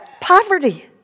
Poverty